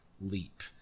leap